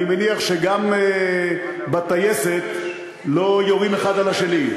אני מניח שגם בטייסת לא יורים האחד על השני.